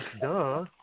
duh